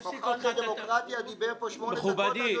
דיברו פה שמונה דקות.